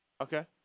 Okay